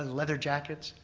leather jackets,